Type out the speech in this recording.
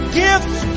gifts